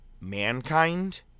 Mankind